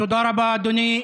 תודה רבה, אדוני.